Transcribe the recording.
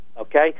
Okay